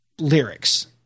lyrics